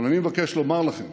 אבל אני מבקש לומר לכם